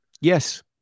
Yes